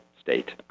state